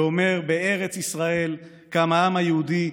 שאומר: "בארץ ישראל קם העם היהודי,